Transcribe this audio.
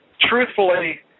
truthfully